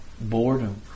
boredom